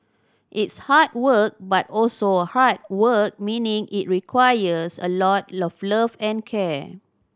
it's hard work but also heart work meaning it requires a lot of love and care